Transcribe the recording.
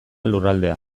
lurraldea